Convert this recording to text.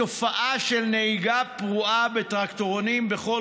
התופעה של נהיגה פרועה בטרקטורונים בכל